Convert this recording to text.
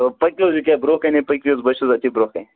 پٔکِو حظ ییٚکیاہ برونٛہہ کنے بہٕ حظ چھُس أتے برونٛہہ کنہ